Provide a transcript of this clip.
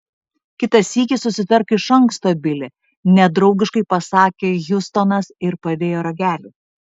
kitą sykį susitark iš anksto bili nedraugiškai pasakė hjustonas ir padėjo ragelį